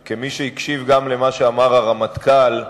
גם כמי שהקשיב למה שאמר הרמטכ"ל אמש,